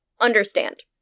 understand